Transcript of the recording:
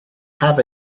have